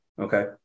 Okay